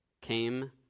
came